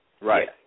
Right